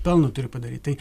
pelno turi padaryt tai